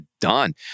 done